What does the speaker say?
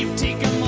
um take a